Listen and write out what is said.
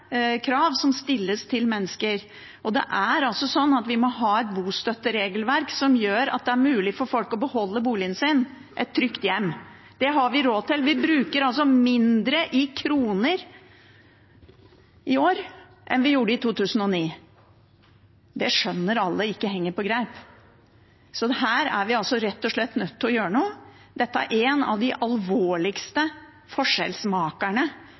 krav som stilles til mennesker. Vi må ha et bostøtteregelverk som gjør det mulig for folk å beholde boligen sin – beholde et trygt hjem. Det har vi råd til. Vi bruker altså mindre i kroner i år enn vi gjorde i 2009. Det skjønner alle ikke henger på greip. Så her er vi rett og slett nødt til å gjøre noe. Dette er en av de alvorligste